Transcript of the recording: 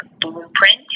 blueprint